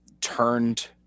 turned